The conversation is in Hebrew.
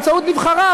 באמצעות נבחריו,